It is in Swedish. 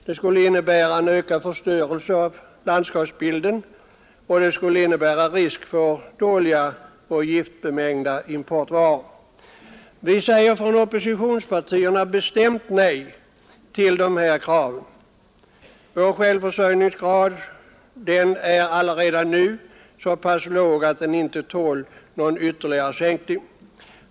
Det skulle innebära en ökad förstörelse av landskapsbilden och även risk för dåliga och giftbemängda importvaror. Vi säger från oppositionspartierna bestämt nej till de här kraven. Vår självförsörjningsgrad är allaredan nu så pass låg att den inte tål någon ytterligare sänkning.